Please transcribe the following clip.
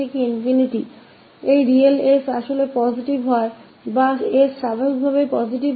की जब यह s रियल s पॉजिटिव और यह s स्वाभाविक पॉजिटिव है